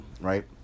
right